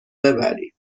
ببرین